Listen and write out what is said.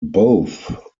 both